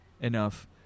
enough